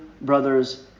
brothers